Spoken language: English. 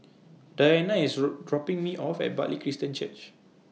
Deanna IS dropping Me off At Bartley Christian Church